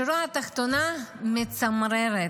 השורה התחתונה מצמררת: